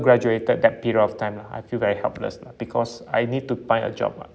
graduated that period of time lah I feel very helpless lah because I need to find a job lah